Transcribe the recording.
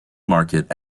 market